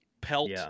pelt